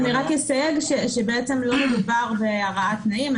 אני רק אסייג שבעצם לא מדובר בהרעת תנאים.